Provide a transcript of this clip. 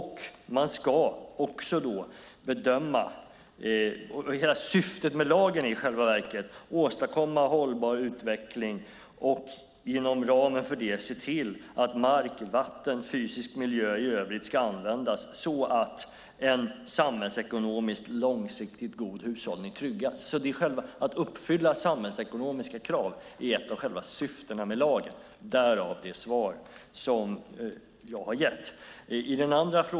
Hela syftet med lagen är i själva verket att åstadkomma hållbar utveckling och inom ramen för det se till att mark, vatten och fysisk miljö i övrigt ska användas så att en samhällsekonomiskt långsiktigt god hushållning tryggas. Att uppfylla samhällsekonomiska krav är ett av själva syftena med lagen - därav det svar som jag har gett.